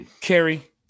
Carrie